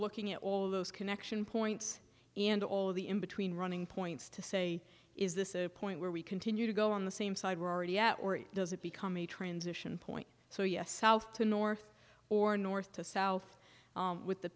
looking at all those connection points and all the in between running points to say is this a point where we continue to go on the same side we're already at or does it become a transition point so yes south to north or north to south with the